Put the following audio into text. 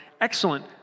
excellent